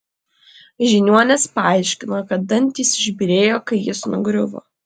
žiniuonis paaiškino kad dantys išbyrėjo kai jis nugriuvo